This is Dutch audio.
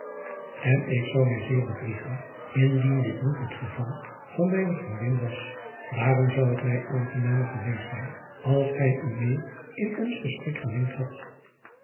n ik zou mij zeer bedriegen indien dit niet het geval van mijne vriendin was daarom zou het mij aangenamer geweest zijn als gij u meer in ons gesprek gemengd hadt